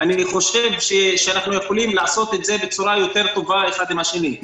חושב שאנחנו יכולים לעשות את זה בצורה יותר טובה אחד עם השני.